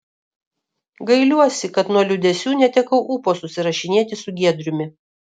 gailiuosi kad nuo liūdesių netekau ūpo susirašinėti su giedriumi